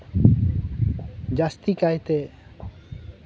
ᱡᱟᱥᱛᱤ ᱠᱟᱭᱛᱮ